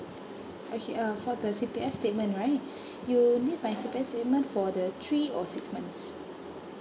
okay um for the C_P_F statement right you need my C_P_F statement for the three or six months